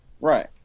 Right